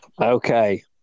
Okay